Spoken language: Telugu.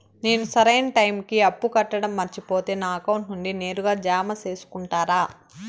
నేను సరైన టైముకి అప్పు కట్టడం మర్చిపోతే నా అకౌంట్ నుండి నేరుగా జామ సేసుకుంటారా?